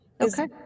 okay